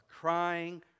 crying